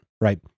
right